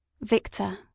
Victor